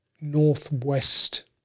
northwest